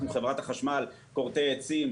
אנחנו חברת חשמל כורתי עצים?